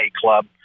club